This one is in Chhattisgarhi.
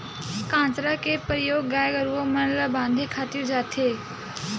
कांसरा के परियोग गाय गरूवा मन ल बांधे खातिर करे जाथे